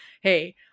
hey